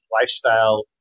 lifestyle